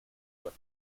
were